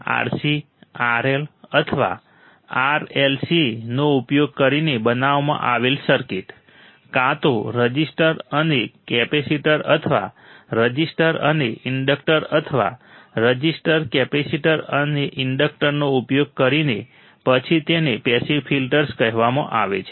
RC RL અથવા RLC નો ઉપયોગ કરીને બનાવવામાં આવેલ સર્કિટ કાં તો રઝિસ્ટર અને કેપેસિટર અથવા રઝિસ્ટર અને ઇન્ડક્ટર અથવા રઝિસ્ટર કેપેસિટર અને ઇન્ડક્ટરનો ઉપયોગ કરીને પછી તેને પેસિવ ફિલ્ટર્સ કહેવામાં આવે છે